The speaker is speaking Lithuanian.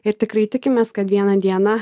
ir tikrai tikimės kad vieną dieną